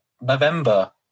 November